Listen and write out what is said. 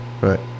Right